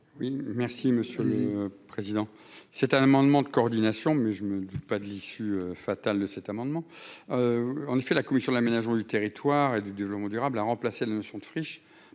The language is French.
Oui, merci Monsieur le Président, c'est un amendement de coordination mais je me dis : pas de l'issue fatale de cet amendement, en effet, la commission de l'aménagement du territoire et du développement durable à remplacer la notion de friches